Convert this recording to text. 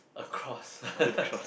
across